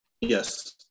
Yes